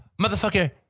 motherfucker